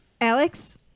Alex